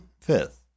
fifth